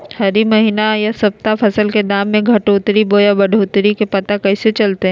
हरी महीना यह सप्ताह फसल के दाम में घटोतरी बोया बढ़ोतरी के पता कैसे चलतय?